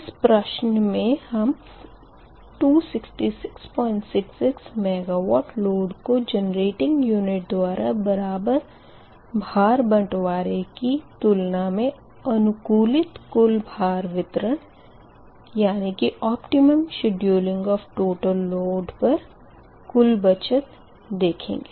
इस प्रश्न मे हमें 26666 MW लोड को जेनरेटिंग यूनिट द्वारा बराबर भार बँटवारे की तुलना मे अनुकूलित कुल भार वितरण पर कुल बचत देखनी है